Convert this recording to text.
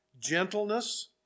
gentleness